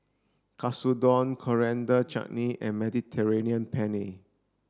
Katsudon Coriander Chutney and Mediterranean Penne